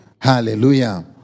Hallelujah